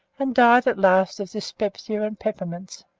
and died at last of dyspepsia and peppermints,